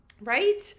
Right